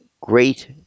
great